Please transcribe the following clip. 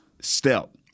step